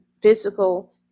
physical